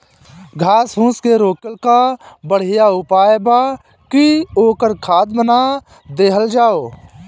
घास फूस के रोकले कअ बढ़िया उपाय बा कि ओकर खाद बना देहल जाओ